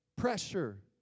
Pressure